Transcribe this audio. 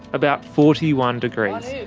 about forty one degrees,